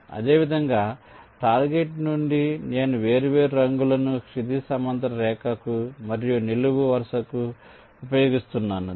అదేవిధంగా టార్గెట్ నుండి నేను వేర్వేరు రంగులను క్షితిజ సమాంతర రేఖకు మరియు నిలువు వరుసకు ఉపయోగిస్తున్నాను